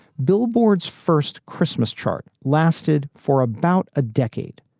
billboards first christmas chart lasted for about a decade.